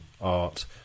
art